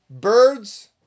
birds